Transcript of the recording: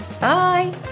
Bye